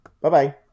bye-bye